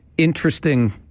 Interesting